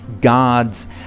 God's